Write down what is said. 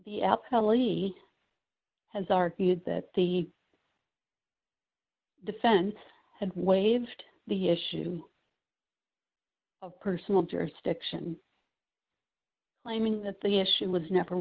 pelosi has argued that the defense had waived the issue of personal jurisdiction claiming that the issue was never